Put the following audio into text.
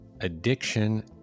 addiction